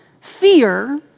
fear